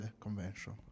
convention